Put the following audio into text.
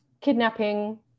kidnapping